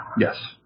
Yes